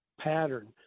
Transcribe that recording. pattern